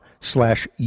slash